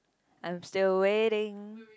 I'm still waiting